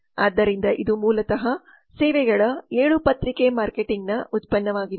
ಆದ್ದರಿಂದ ಇದು ಮೂಲತಃ ಸೇವೆಗಳಲ್ಲಿ 7 ಪತ್ರಿಕೆ ಮಾರ್ಕೆಟಿಂಗ್ನ ಉತ್ಪನ್ನವಾಗಿದೆ